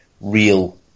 real